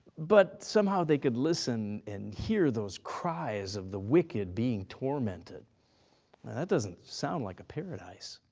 but somehow they could listen and hear those cries of the wicked being tormented. now that doesn't sound like a paradise.